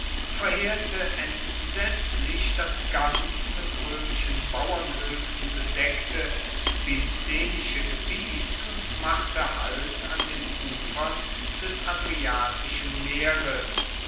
verheerte entsetzlich das ganz mit roemischen bauernhoefen bedeckte picenische gebiet und machte halt an den ufern des adriatischen meeres